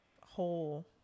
whole